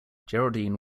geraldine